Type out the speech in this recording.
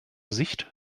sicht